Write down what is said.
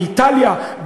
באיטליה,